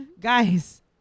guys